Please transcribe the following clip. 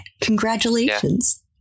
Congratulations